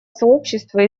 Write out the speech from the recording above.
сообщества